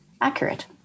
accurate